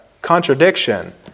contradiction